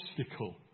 obstacle